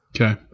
Okay